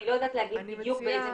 אני לא יודעת להגיד בדיוק באיזה אמצעי.